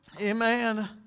Amen